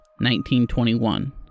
1921